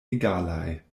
egalaj